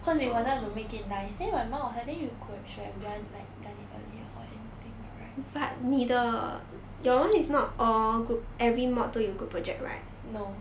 cause they wanted to make it nice then in my mind then you should have done like done it earlier or anything [what] right no